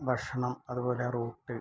ഭക്ഷണം അതുപോലെ റൂട്ട്